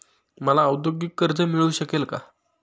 मला औद्योगिक कर्ज मिळू शकेल का?